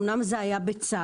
אמנם זה היה בצו,